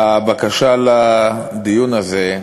לבקשה לדיון הזה,